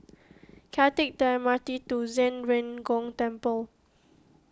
can I take the M R T to Zhen Ren Gong Temple